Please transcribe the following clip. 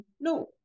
no